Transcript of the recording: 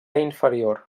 inferior